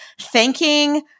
thanking